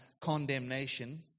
condemnation